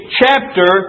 chapter